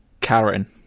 Karen